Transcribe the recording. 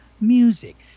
music